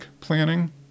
planning